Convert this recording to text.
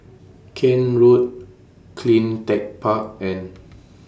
Kent Road Clean Tech Park and